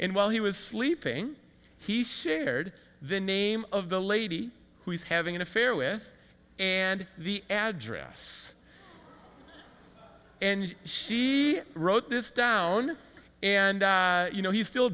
and while he was sleeping he shared the name of the lady who was having an affair with and the address and she wrote this down and you know he still